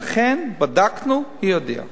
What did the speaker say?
ואכן בדקנו, היא הודיעה.